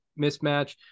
mismatch